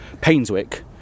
Painswick